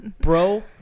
bro